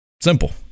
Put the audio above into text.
Simple